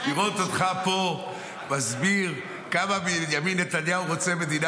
לראות אותך פה מסביר כמה בנימין נתניהו רוצה מדינה